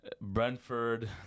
Brentford